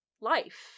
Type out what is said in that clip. life